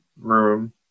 room